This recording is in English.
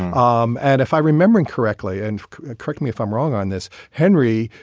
um and if i remember and correctly and correct me if i'm wrong on this, henry,